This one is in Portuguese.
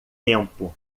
tempo